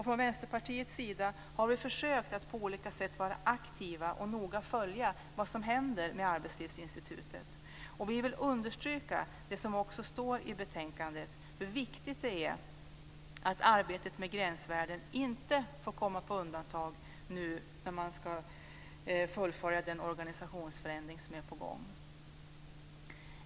Från Vänsterpartiets sida har vi försökt att på olika sätt vara aktiva och noga följa vad som händer med Arbetslivsinstitutet. Vi vill understryka det som också står i betänkandet, hur viktigt det är att arbetet med gränsvärden inte får komma på undantag nu när man ska fullfölja den organisationsförändring som är på gång.